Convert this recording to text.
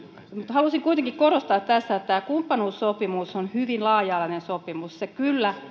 haluaisin kuitenkin korostaa tässä että tämä kumppanuussopimus on hyvin laaja alainen sopimus se kyllä